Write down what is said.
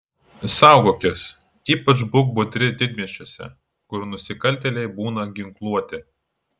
saugokis ypač būk budri didmiesčiuose kur nusikaltėliai būna ginkluoti